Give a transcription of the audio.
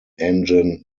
engine